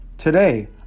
Today